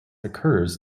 occurs